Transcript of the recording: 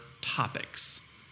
topics